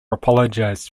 apologised